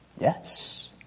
Yes